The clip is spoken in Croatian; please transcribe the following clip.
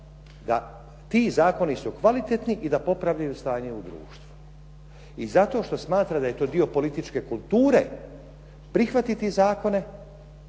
da ti zakoni su kvalitetni i da popravljaju stanje u društvu. I zato što smatra da je to dio političke kulture prihvatiti zakone